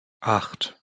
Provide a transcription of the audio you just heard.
acht